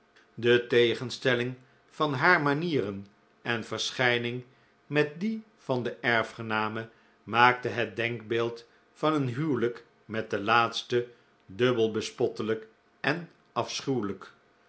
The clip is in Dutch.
de tegenstelling van haar manieren en verschijning met die van de erfgename maakte het denkbeeld van een huwelijk met de laatste dubbel bespottelijk en afschuwelijk